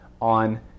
on